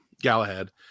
Galahad